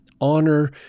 honor